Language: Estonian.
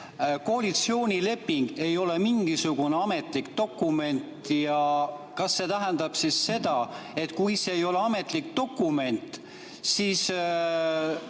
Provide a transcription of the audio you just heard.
koalitsioonileping ei ole mingisugune ametlik dokument. Kas see tähendab seda, et kui see ei ole ametlik dokument, siis